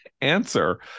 answer